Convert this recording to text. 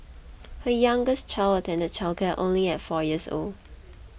her youngest child attended childcare only at four years old